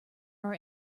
our